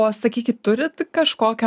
o sakykit turit kažkokią